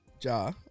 Ja